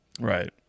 Right